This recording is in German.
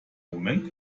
moment